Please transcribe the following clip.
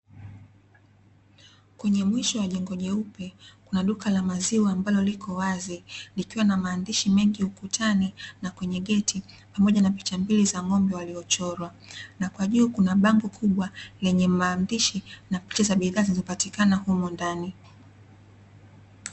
Kwenye mwisho wa jengo jeupe kuna duka la maziwa ambalo liko wazi likiwa na maandishi mengi ukutani na kwenye geti pamoja na picha mbili za ng'ombe waliochorwa na kwa juu kuna bango kubwa lenye maandishi na picha za bidhaa zinazopatikana humo ndani.